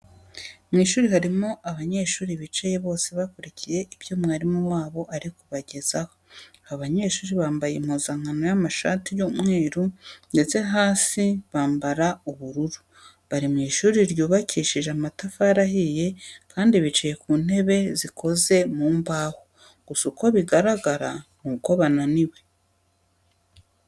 Mu ishuri harimo abanyeshuri bicaye bose bakurikiye ibyo mwarimu wabo ari kubagezaho. Aba banyeshuri bambaye impuzankano y'amashati y'umweru ndetse hasi bambara ubururu. Bari mu ishuri ryubakishije amatafari ahiye kandi bicaye ku ntebe zikoze mu mbaho. Gusa uko bigaragara nuko bananiwe.